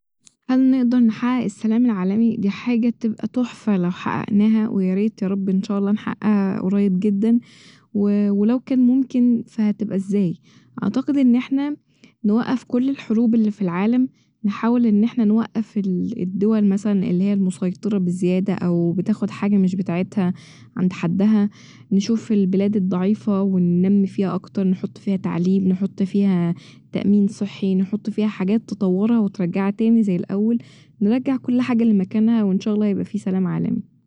هل نقدر نحقق السلام العالمي؟ دي حاجة تبقى تحفة لو حققناها وياريت يا رب ان شاء الله نحققها قريب جدا و و لو كان ممكن فهتبقى ازاي ؟ أعتقد إن احنا نوقف كل الحروب اللي في العالم نحاول ان احنا نوقف ال- الدول الل هي مثلا مسيطرة بزيادة أو بتاخد حاجة مش بتاعتها عند حدها نشوف البلاد الضعيفة وننمي فيها أكتر نحط فيها تعليم نحط فيها تأمين صحي نحط فيها حاجات تطورها وترجعها تاني زي الاول نرجع كل حاجة لمكانها وان شاء الله هيبقى في سلام عالمي